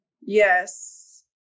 Yes